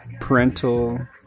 parental